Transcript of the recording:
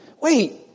wait